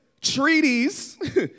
Treaties